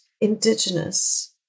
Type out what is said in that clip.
Indigenous